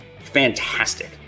fantastic